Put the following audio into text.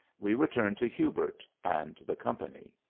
we return to hubert and the company.